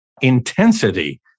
intensity